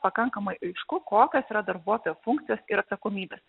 pakankamai aišku kokios yra darbuotojo funkcijos ir atsakomybės